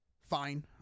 fine